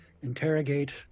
interrogate